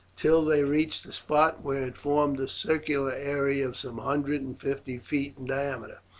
till they reached a spot where it formed a circular area of some hundred and fifty feet in diameter,